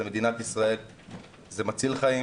זה מציל חיים'